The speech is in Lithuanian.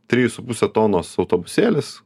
trijų su puse tonos autobusėlis